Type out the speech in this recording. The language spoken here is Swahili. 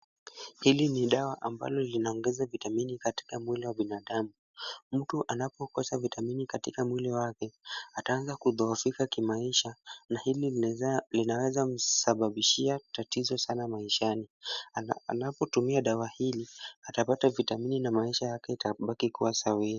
Hili ni dawa ambalo linaongeza vitamini katika mwili wa binadamu. Mtu anapo kosa vitamini katika mwili wake ataanza kudhohofika kimaisha na hili linaweza msababishia tatizo sana maishani. Anapo tumia dawa hili atapata vitamini na maisha yake itabaki kua sawia.